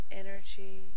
energy